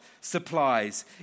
supplies